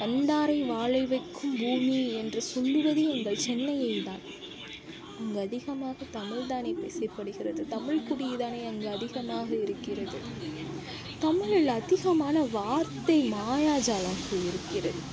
வந்தாரை வாழ வைக்கும் பூமி என்று சொல்லுவதே எங்கள் சென்னையை தான் அங்கு அதிகமாக தமிழ்தானே பேசப்படுகிறது தமிழ்குடிதானே அங்கு அதிகமாக இருக்கிறது தமிழில் அதிகமான வார்த்தை மாயாஜாலத்தில் இருக்கிறது